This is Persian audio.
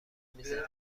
میزدم